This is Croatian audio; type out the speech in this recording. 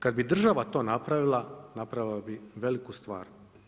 Kada bi država to napravila, napravila bi veliku stvar.